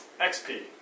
XP